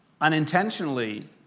unintentionally